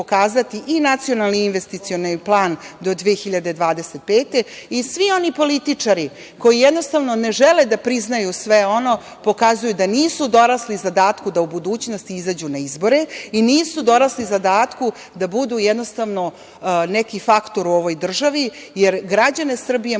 i nacionalni investicioni plan do 2025. godine i svi oni političari koji jednostavno ne žele da priznaju sve ono, pokazuju da nisu dorasli zadatku da u budućnosti izađu na izbore i nisu dorasli zadatku da budu neki faktor u ovoj državi, jer građane Srbije